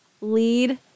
lead